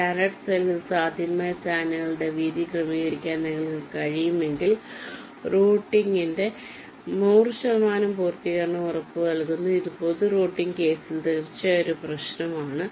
standard സെല്ലിൽ സാധ്യമായ ചാനലുകളുടെ വീതി ക്രമീകരിക്കാൻ നിങ്ങൾക്ക് കഴിയുമെങ്കിൽ റൂട്ടിംഗിന്റെ നൂറു ശതമാനം പൂർത്തീകരണം ഉറപ്പുനൽകുന്നു ഇത് പൊതു റൂട്ടിംഗ് കേസിൽ തീർച്ചയായും ഒരു പ്രശ്നമാണ്